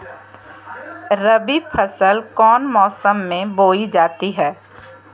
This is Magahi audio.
रबी फसल कौन मौसम में बोई जाती है?